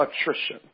Attrition